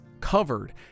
covered